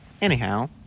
anyhow